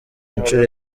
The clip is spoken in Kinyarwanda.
inshuro